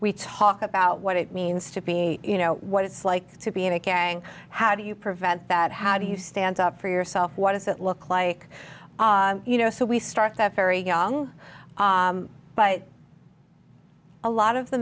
we talk about what it means to be you know what it's like to be in a gang how do you prevent that how do you stand up for yourself what does it look like you know so we start that very young but a lot of the